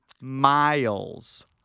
miles